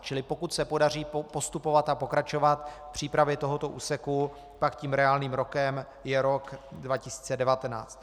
Čili pokud se podaří postupovat a pokračovat v přípravě tohoto úseku, pak tím reálným rokem je rok 2019.